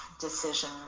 decision